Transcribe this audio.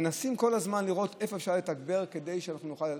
מנסים כל הזמן לראות איפה אפשר לתגבר כדי שאנחנו נוכל לעשות.